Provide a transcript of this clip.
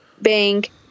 Bank